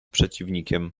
przeciwnikiem